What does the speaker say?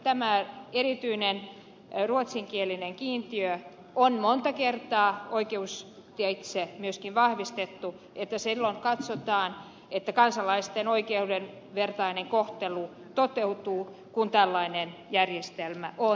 tämä erityinen ruotsinkielinen kiintiö on monta kertaa oikeusteitse myöskin vahvistettu sillä katsotaan että kansalaisten tasavertainen kohtelu toteutuu kun tällainen järjestelmä on